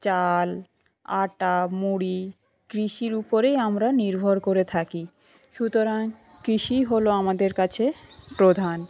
চাল আটা মুড়ি কৃষির ওপরেই আমরা নির্ভর করে থাকি সুতরাং কৃষি হল আমাদের কাছে প্রধান